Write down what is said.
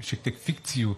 šiek tiek fikcijų